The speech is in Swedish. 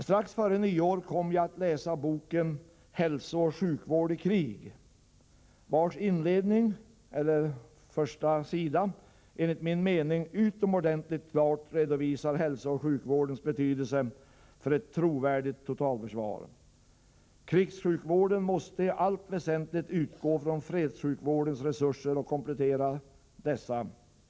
Strax före nyår kom jag att läsa boken ”Hälsooch sjukvård i krig”, på vars första sida det enligt min mening utomordentligt klart redogörs för hälsooch sjukvårdens betydelse för att vi skall få ett trovärdigt totalförsvar. Det sägs i boken att ”krigssjukvården måste i allt väsentligt utgå från fredssjukvårdens resurser och komplettera dessa”.